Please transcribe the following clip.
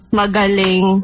magaling